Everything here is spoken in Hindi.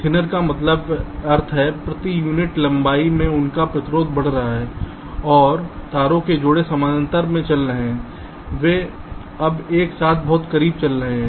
थिनर का अर्थ है प्रति यूनिट लंबाई में उनका प्रतिरोध बढ़ रहा है और साथ ही तारों के जोड़े जो समानांतर में चल रहे हैं वे अब एक साथ बहुत करीब चल रहे हैं